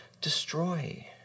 destroy